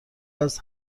است